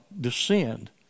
descend